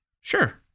Sure